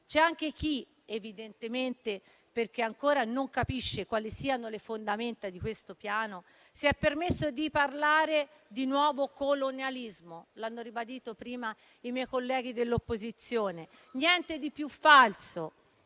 C'è anche chi, evidentemente perché ancora non capisce quali siano le fondamenta di questo Piano, si è permesso di parlare di nuovo colonialismo (l'hanno ribadito prima i miei colleghi dell'opposizione). Niente di più falso,